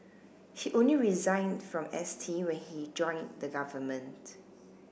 he only resigned from S T when he joined the government